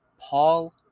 Paul